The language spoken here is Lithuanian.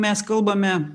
mes kalbame